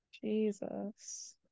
jesus